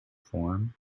form